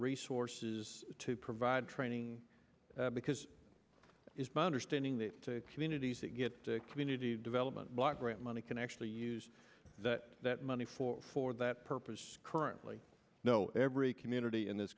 resources to provide training because it is my understanding that communities that get community development block grant money can actually use that money for for that purpose currently no every community in this